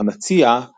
המציעה